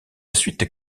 suite